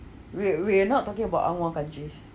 wait we're not talking about ang moh countries